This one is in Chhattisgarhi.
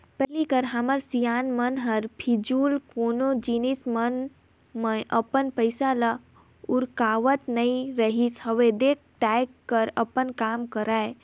पहिली कर हमर सियान मन ह बेफिजूल कोनो जिनिस मन म अपन पइसा ल उरकावत नइ रिहिस हवय देख ताएक कर अपन काम करय